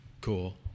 cool